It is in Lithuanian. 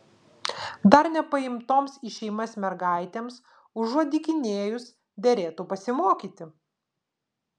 dar nepaimtoms į šeimas mergaitėms užuot dykinėjus derėtų pasimokyti